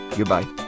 Goodbye